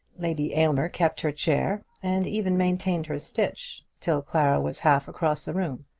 lady aylmer kept her chair, and even maintained her stitch, till clara was half across the room.